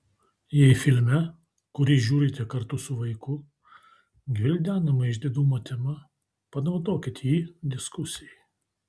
jei filme kurį žiūrite kartu su vaiku gvildenama išdidumo tema panaudokite jį diskusijai